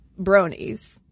bronies